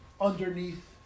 underneath